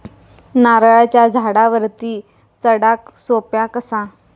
नारळाच्या झाडावरती चडाक सोप्या कसा?